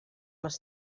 les